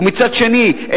ומצד שני,